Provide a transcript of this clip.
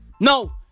no